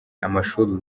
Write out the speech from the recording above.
amashuri